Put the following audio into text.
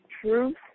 Truth